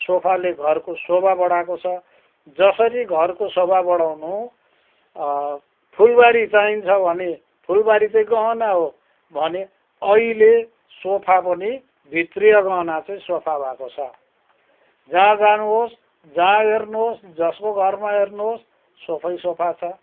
सोफाले घरको शोभा बढाएको छ जसरी घरको शोभा बढाउनु फुलबारी चाहिन्छ भने फुलबारी चाहिँ गहना हो भने अहिले सोफा पनि भित्रीय गहना चाहिँ सोफा भाको छ जहाँ जानुहोस् जहाँ हेर्नुहोस् जसको घरमा हेर्नुहोस् सोफै सोफा छ